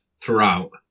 throughout